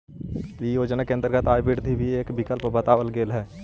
इ योजना के अंतर्गत आय वृद्धि भी एक विकल्प बतावल गेल हई